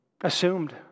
assumed